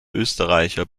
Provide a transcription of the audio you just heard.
österreicher